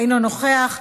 אינו נוכח,